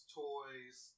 toys